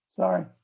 Sorry